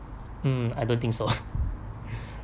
mm I don't think so